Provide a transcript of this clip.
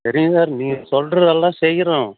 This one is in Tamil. சரிங்க சார் நீங்கள் சொல்லுறதெல்லாம் செய்யறோம்